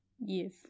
Yes